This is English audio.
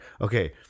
okay